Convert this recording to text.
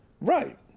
Right